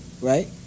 right